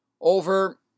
over